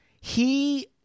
He-